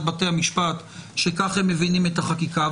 בתי המשפט שכך הם מבינים את החקיקה.